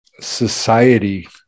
society